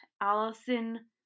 Allison